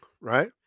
right